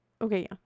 Okay